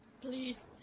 Please